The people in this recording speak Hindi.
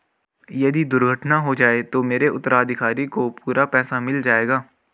यदि दुर्घटना हो जाये तो मेरे उत्तराधिकारी को पूरा पैसा मिल जाएगा?